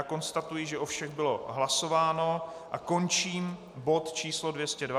Konstatuji, že o všech bylo hlasováno, a končím bod č. 202.